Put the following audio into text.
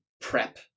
prep